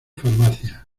farmacia